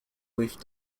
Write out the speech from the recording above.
with